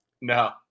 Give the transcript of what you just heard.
no